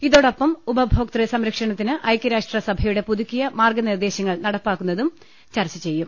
ഇതോടൊപ്പം ഉപഭോക്തൃ സംരക്ഷണത്തിന് ഐകൃരാഷ്ട്രസഭയുടെ പുതുക്കിയ മാർഗനിർദ്ദേശങ്ങൾ നടപ്പാക്കുന്നതും ചർച്ച ചെയ്യും